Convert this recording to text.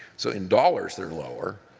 so in dollars, they're lower,